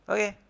Okay